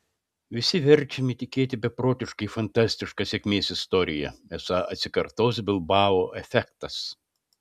visi verčiami tikėti beprotiškai fantastiška sėkmės istorija esą atsikartos bilbao efektas